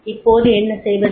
இப்போது என்ன செய்வது